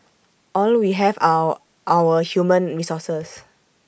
all we have are our human resources